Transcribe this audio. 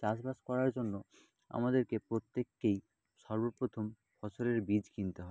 চাষবাস করার জন্য আমাদেরকে প্রত্যেককেই সর্ব প্রথম ফসলের বীজ কিনতে হয়